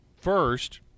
first